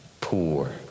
poor